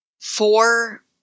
four